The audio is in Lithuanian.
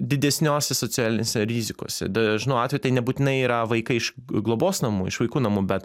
didesniose socialinėse rizikose dažnu atveju tai nebūtinai yra vaikai iš globos namų iš vaikų namų bet